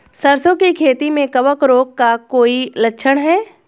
सरसों की खेती में कवक रोग का कोई लक्षण है?